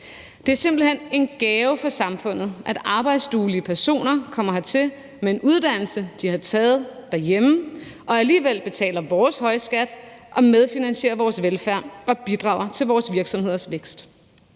Det er simpelt hen en gave for samfundet, at arbejdsduelige personer kommer hertil med en uddannelse, de har taget derhjemme, og alligevel betaler vores høje skat og medfinansierer vores velfærd og bidrager til vores virksomheders vækst.